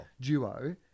duo